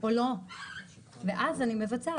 או לא, ואז אני מבצעת.